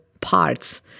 parts